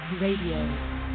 Radio